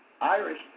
Irish